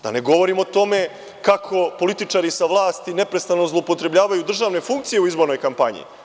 Da ne govorim o tome kako političari sa vlasti neposredno zloupotrebljavaju državne funkcije u izbornoj kampanji.